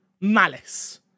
malice